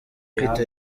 kwitaba